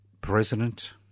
President